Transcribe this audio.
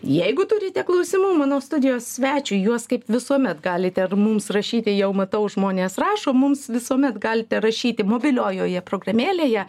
jeigu turite klausimų mano studijos svečiui juos kaip visuomet galite mums rašyti jau matau žmonės rašo mums visuomet galite rašyti mobiliojoje programėlėje